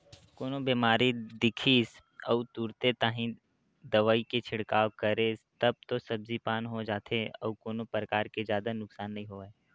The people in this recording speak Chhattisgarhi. कोनो बेमारी दिखिस अउ तुरते ताही दवई के छिड़काव करेस तब तो सब्जी पान हो जाथे अउ कोनो परकार के जादा नुकसान नइ होवय